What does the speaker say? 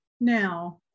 Now